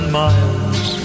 miles